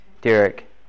Derek